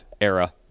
era